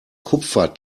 kupfer